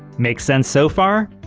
make sense so far?